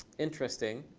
interesting.